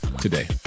today